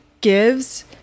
gives